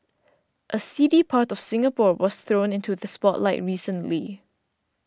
a seedy part of Singapore was thrown into the spotlight recently